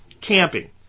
camping